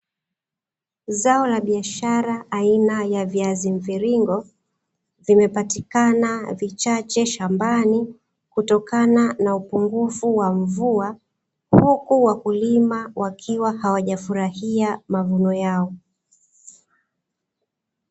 Zao la biashara aina ya viazi mviringo, vimepatikana vichache shambani kutokana na upungufu wa mvua, huku wakulima wakiwa hawajafurahia mavuno yao.